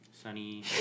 Sunny